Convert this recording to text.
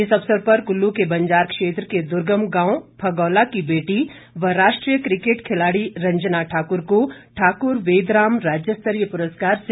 इस अवसर पर कुल्लू के बंजार क्षेत्र के दुर्गम गांव फगौला की बेटी व राष्ट्रीय क्रिकेट खिलाड़ी रंजना ठाकुर को ठाकुर वेदराम राज्य स्तरीय पुरस्कार से नवाजा गया